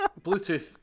Bluetooth